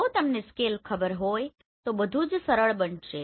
જો તમને સ્કેલ ખબર હોય તો બધું જ સરળ બનશે